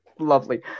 Lovely